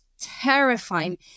terrifying